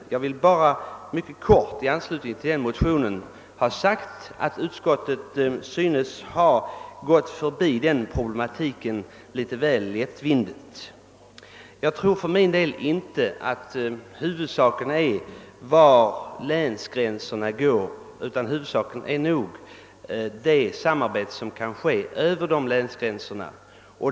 Jag vill endast mycket kort i anslutning till motionen säga att utskottet synes ha avfärdat denna problematik något för lättvindigt. Jag tror för min del att huvudsaken inte är var länsgränserna går, utan det samarbete som kan ske över dessa gränser.